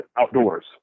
outdoors